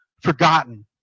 forgotten